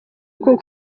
uku